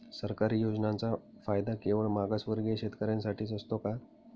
सरकारी योजनांचा फायदा केवळ मागासवर्गीय शेतकऱ्यांसाठीच असतो का?